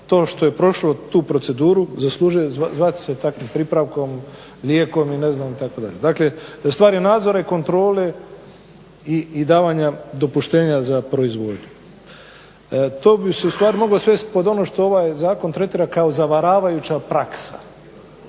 to što je prošlo tu proceduru zaslužuje zvati se takvim pripravkom, lijekom itd. Dakle stvar je nadzora i kontrole i davanja dopuštenja za proizvodnju. To bi se ustvari moglo svesti pod ono što ovaj zakon tretira kao zavaravajuća praksa.